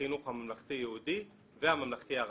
החינוך הממלכתי יהודי והממלכתי ערבי.